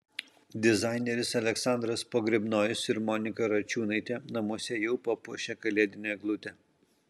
dizaineris aleksandras pogrebnojus ir monika račiūnaitė namuose jau papuošė kalėdinę eglutę